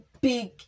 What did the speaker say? big